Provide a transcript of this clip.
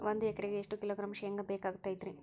ಒಂದು ಎಕರೆಗೆ ಎಷ್ಟು ಕಿಲೋಗ್ರಾಂ ಶೇಂಗಾ ಬೇಕಾಗತೈತ್ರಿ?